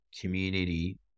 Community